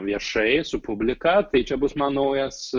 viešai su publika tai čia bus man naujas